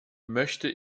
möchte